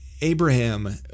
Abraham